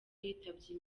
yitabye